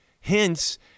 Hence